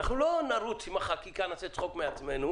לא נרוץ עם החקיקה, נעשה צחוק מעצמנו